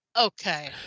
Okay